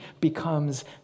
becomes